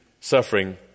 suffering